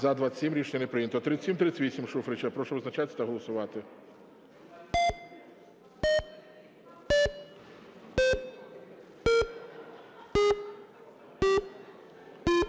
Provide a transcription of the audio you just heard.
За-27 Рішення не прийнято. 3738 Шуфрича. Прошу визначатись та голосувати.